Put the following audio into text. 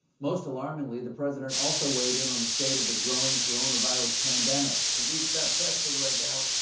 most alarmingly, the president also weighed in on the state of the growing coronavirus pandemic. if we stop testing right now,